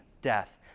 death